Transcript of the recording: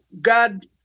God